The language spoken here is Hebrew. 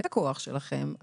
את הכוח שלכם,